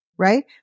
Right